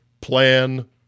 plan